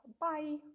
bye